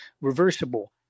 reversible